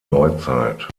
neuzeit